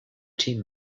team